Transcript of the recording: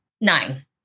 Nine